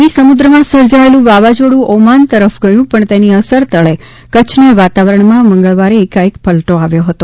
અરબી સમુદ્રમાં સર્જાયેલુ વાવાઝોડું ઓમાન તરફ ગયું પણ તેની અસર તળે કચ્છના વાતાવરણમાં મંગળવારે એકા એક પલટો આવ્યો હતો